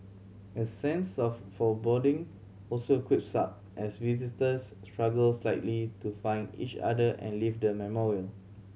a sense of foreboding also creeps up as visitors struggle slightly to find each other and leave the memorial